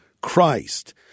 Christ